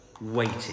waiting